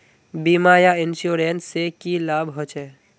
बीमा या इंश्योरेंस से की लाभ होचे?